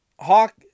Hawk